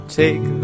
take